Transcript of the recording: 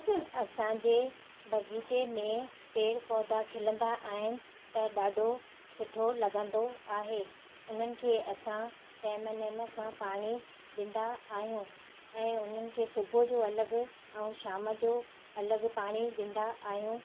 असांजे बगीचे में पेड़ पौधा खिलंदा आहिनि त ॾाढो सुठो लॻंदो आहे उन्हनि खे असां टेम नेम सां पाणी ॾींदा आहियूं ऐं उन्हनि खे सुबुह जो अलॻि ऐं शाम जो अलॻि पाणी ॾींदा आहियूं